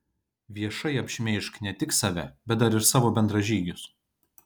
viešai apšmeižk ne tik save bet dar ir savo bendražygius